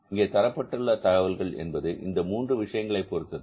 இங்கே தரப்பட்டுள்ள தகவல்கள் என்பது இந்த மூன்று விஷயங்களைப் பொறுத்தது